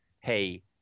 hey